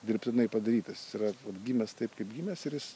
dirbtinai padarytas jis yra vat gimęs taip kaip gimęs ir jis